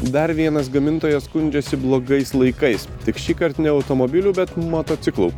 dar vienas gamintojas skundžiasi blogais laikais tik šįkart ne automobilių bet motociklų